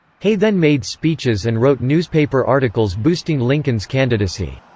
hay then made speeches and wrote newspaper articles boosting lincoln's candidacy.